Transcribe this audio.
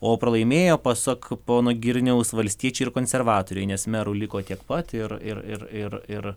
o pralaimėjo pasak pono girniaus valstiečiai ir konservatoriai nes merų liko tiek pat ir ir ir ir ir